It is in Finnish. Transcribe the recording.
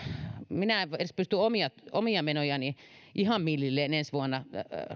minä en edes pysty omia omia menojani ihan millilleen ensi vuonna